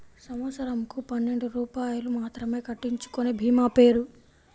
సంవత్సరంకు పన్నెండు రూపాయలు మాత్రమే కట్టించుకొనే భీమా పేరు?